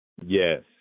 Yes